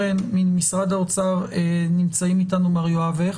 ממשרד האוצר נמצאים אתנו מר יואב הכט,